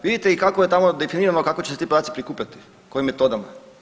Vidite kako je tamo definirano kako će se ti podaci prikupljati, kojim metodama?